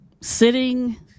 sitting